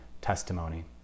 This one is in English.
testimony